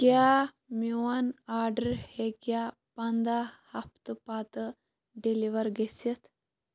کیٛاہ میون آرڈر ہیٚکیٛاہ پَنٛداہ ہفتہٕ پتہٕ ڈٮ۪لِور گٔژھِتھ